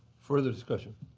further discussion?